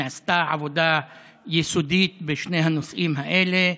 נעשתה עבודה יסודית בשני הנושאים האלה.